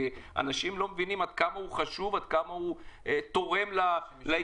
אנשים לא מבינים עד כמה הוא חשוב ותורם להתפתחות